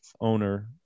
owner